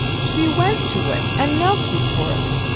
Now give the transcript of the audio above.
she went to it and knelt before it.